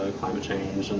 climate change,